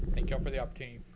thank y'all for the opportunity.